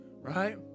right